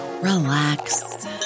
relax